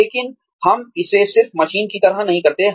लेकिन हम इसे सिर्फ मशीन की तरह नहीं करते हैं